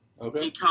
Okay